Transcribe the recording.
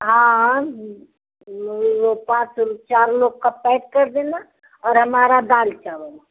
हाँ वो पाँच चार लोग का पएक कर देना और हमारा दाल चावल